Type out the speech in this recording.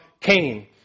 Cain